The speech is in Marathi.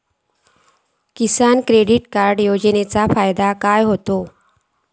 किसान क्रेडिट कार्ड योजनेचो फायदो काय होता?